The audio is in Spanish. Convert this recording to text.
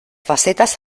facetas